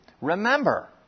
Remember